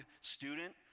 student